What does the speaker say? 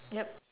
yup